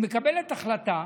היא מקבלת החלטה,